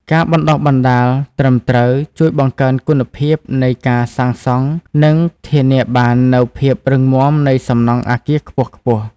ការបណ្តុះបណ្តាលត្រឹមត្រូវជួយបង្កើនគុណភាពនៃការសាងសង់និងធានាបាននូវភាពរឹងមាំនៃសំណង់អគារខ្ពស់ៗ។